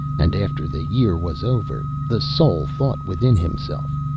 and after the year was over, the soul thought within himself,